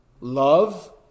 love